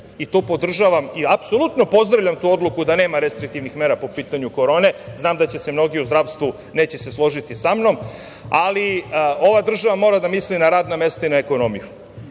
i to podržavam i apsolutno pozdravljam tu odluku da nema restriktivnih mera po pitanju korone. Znam da se mnogi u zdravstvu neće složiti sa mnom, ali ova država mora da misli na radna mesta i na ekonomiju. Možemo